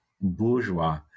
bourgeois